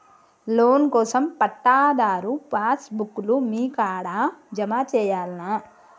Loan కోసం పట్టాదారు passbook లు మీ కాడా జమ చేయల్నా?